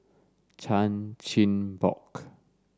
Chan Chin Bock